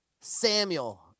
samuel